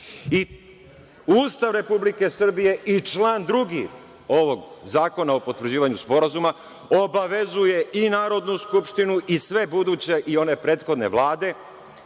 I Ustav Republike Srbije i član 2. ovog Zakona o potvrđivanju sporazuma obavezuje i Narodnu skupštinu i sve buduće i one prethodne vlade